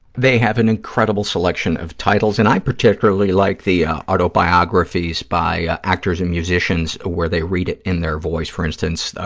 they have an incredible selection of titles, and i particularly like the autobiographies by actors and musicians, where they read it in their voice. for instance,